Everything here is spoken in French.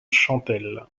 chantelle